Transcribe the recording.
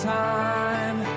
time